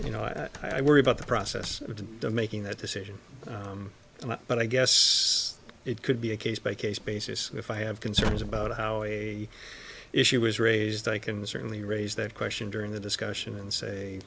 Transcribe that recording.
you know i worry about the process of making that decision but i guess it could be a case by case basis if i have concerns about how a issue was raised i can certainly raise that question during the discussion and say